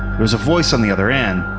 was a voice on the other end,